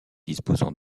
disposant